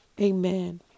Amen